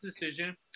decision